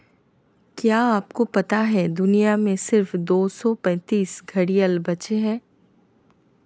क्या आपको पता है दुनिया में सिर्फ दो सौ पैंतीस घड़ियाल बचे है?